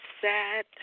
sad